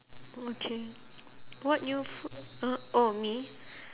okay what new food uh oh me